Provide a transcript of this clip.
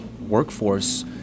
workforce